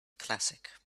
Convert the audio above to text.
classic